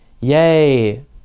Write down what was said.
Yay